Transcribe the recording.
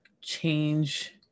change